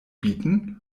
bieten